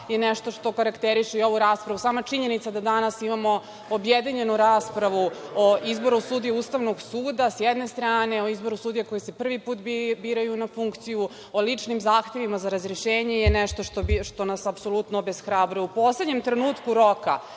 je nešto što karakteriše ovu raspravu. Sama činjenica da danas imamo objedinjenu raspravu o izboru sudija Ustavnog suda, s jedne strane, o izboru sudija koji se prvi put biraju na funkciju, o ličnim zahtevima za razrešenje, je nešto što nas apsolutno obeshrabruje. U poslednjem trenutku roka,